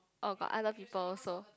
orh got other people also